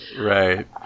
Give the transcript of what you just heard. Right